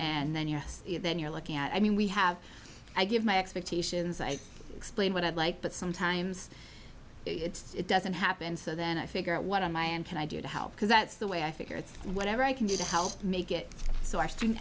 and then yes then you're looking at i mean we have i give my expectations i explain what i'd like but sometimes it's doesn't happen so then i figure out what am i and can i do to help because that's the way i figure it's whatever i can do to help make it so our student